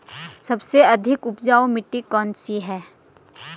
सबसे अधिक उपजाऊ मिट्टी कौन सी है?